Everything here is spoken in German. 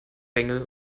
bengel